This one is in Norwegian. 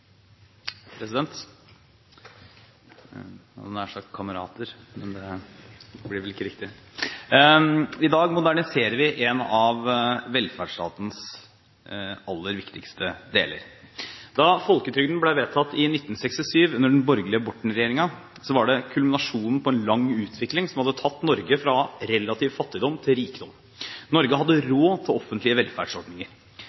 President, jeg hadde nær sagt kamerater, men det blir vel ikke riktig. I dag moderniserer vi en av velferdsstatens aller viktigste deler. Da folketrygden ble vedtatt i 1967 under den borgerlige Borten-regjeringen, var det kulminasjonen på en lang utvikling som hadde tatt Norge fra relativ fattigdom til rikdom. Norge hadde